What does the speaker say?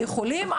יכולים,